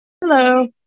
hello